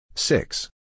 Six